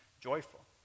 joyful